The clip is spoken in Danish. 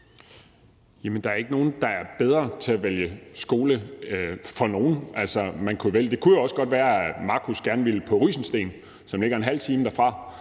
Jamen der er ikke nogen, der er bedre til at vælge skole for nogen. Altså, det kunne jo også godt være, at Marcus gerne ville på Rysensteen Gymnasium, som ligger en halv time derfra,